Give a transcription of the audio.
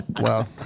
Wow